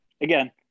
again